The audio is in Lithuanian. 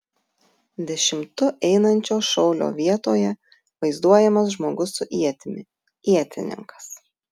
dešimtu einančio šaulio vietoje vaizduojamas žmogus su ietimi ietininkas